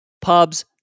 pubs